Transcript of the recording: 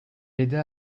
aida